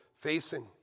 facing